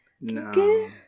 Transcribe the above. No